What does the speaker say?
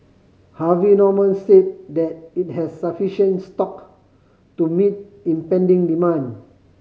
Harvey Norman said that it has sufficient stock to meet impending demand